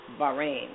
Bahrain